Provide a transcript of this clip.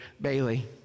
Bailey